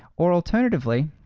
or alternatively,